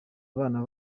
abana